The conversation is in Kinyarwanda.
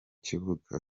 kibuga